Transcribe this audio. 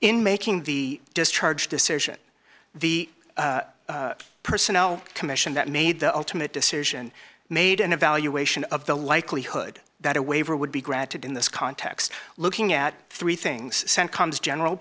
in making the discharge decision the personnel commission that made the ultimate decision made an evaluation of the likelihood that a waiver would be granted in this context looking at three things sent comes general